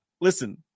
Listen